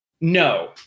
No